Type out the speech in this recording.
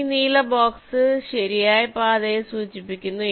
ഈ നീല ബോക്സ് ശരിയായ പാതയെ സൂചിപ്പിക്കുന്നു